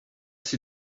see